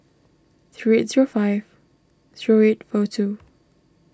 three it's your five zero eight four two